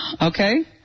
Okay